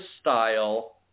style